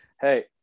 Hey